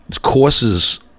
Courses